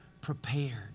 prepared